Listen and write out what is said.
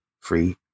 free